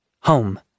Home